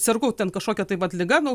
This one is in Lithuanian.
sergu kažkokia tai vat liga nu